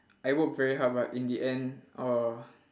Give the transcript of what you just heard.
I work very hard but in the end uh